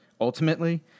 Ultimately